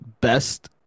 best